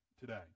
today